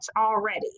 already